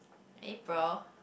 April